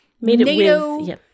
NATO